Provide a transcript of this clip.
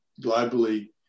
globally